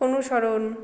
অনুসরণ